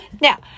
Now